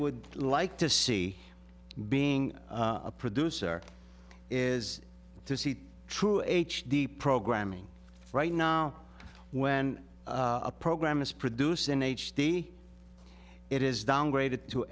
would like to see being a producer is to see true h d programming right now when a program is produced in h d it is downgraded to